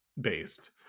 based